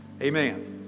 amen